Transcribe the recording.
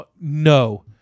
no